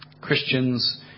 Christians